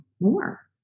more